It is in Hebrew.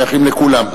שייכים לכולם.